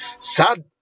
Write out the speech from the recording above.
Sad